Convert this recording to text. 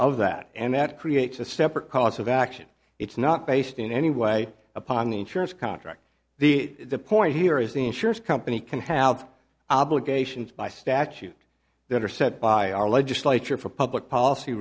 of that and that creates a separate cause of action it's not based in any way upon the insurance contract the point here is the insurance company can have obligations by statute that are set by our legislature for public policy